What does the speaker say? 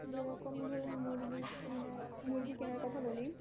যেরকম ধরুন মুরগি কেনা মুরগি কেনার কথা বলি